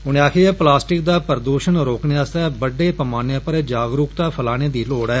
उने आक्खेआ जे प्लास्टिक दा प्रदूषण रोकने आस्तै बड़े पैमाने पर जागरुक्ता फैलाने दी लोड़ ऐ